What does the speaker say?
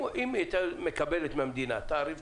אם היא הייתה מקבלת מהמדינה תעריף,